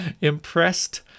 impressed